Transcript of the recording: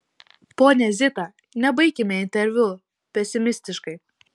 ponia zita nebaikime interviu pesimistiškai